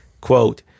Quote